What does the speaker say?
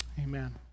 amen